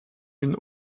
une